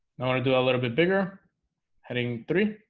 i want to do a little bit bigger heading three